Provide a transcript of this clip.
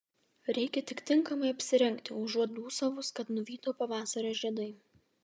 reikia tik tinkamai apsirengti užuot dūsavus kad nuvyto pavasario žiedai